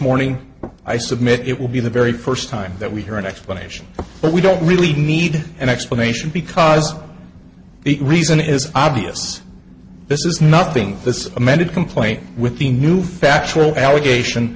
morning i submit it will be the very first time that we hear an explanation but we don't really need an explanation because the reason is obvious this is nothing this is amended complaint with the new factual allegation